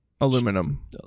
aluminum